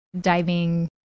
diving